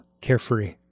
carefree